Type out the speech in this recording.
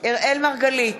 אראל מרגלית,